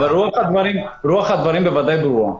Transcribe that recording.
רוח הדברים בוודאי ברורה.